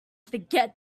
forget